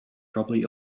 probably